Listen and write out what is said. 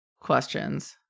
questions